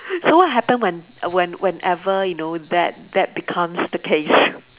so what happen when when whenever you know that that becomes the case